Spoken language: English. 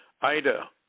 Ida